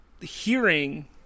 hearing